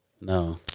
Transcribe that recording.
no